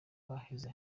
baheze